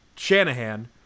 Shanahan